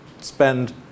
spend